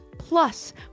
Plus